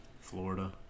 Florida